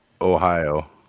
Ohio